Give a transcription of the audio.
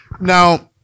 Now